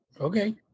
Okay